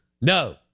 No